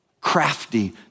crafty